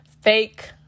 fake